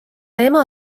ema